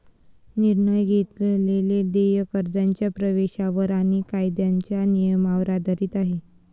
निर्णय घेतलेले देय कर्जाच्या प्रवेशावर आणि कायद्याच्या नियमांवर आधारित आहे